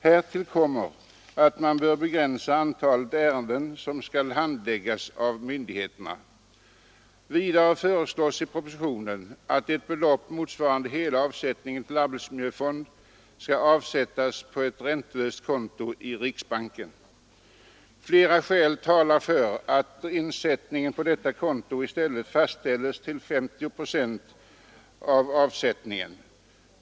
Härtill kommer att man bör begränsa antalet ärenden som skall handläggas av myndigheterna. fonden, skall insättas på ett räntelöst konto i riksbanken. Flera skäl talar för att insättningen på detta konto i stället fastställes till 50 procent av avsättningen.